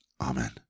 Amen